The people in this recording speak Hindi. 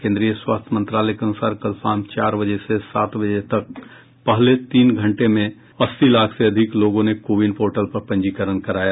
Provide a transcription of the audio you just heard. केन्द्रीय स्वास्थ्य मंत्रालय के अनुसार कल शाम चार बजे से सात बजे तक पहले तीन घंटों में अस्सी लाख से अधिक लोगों ने कोविन पोर्टल पर पंजीकरण कराया